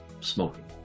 smoking